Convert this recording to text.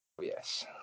Yes